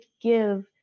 give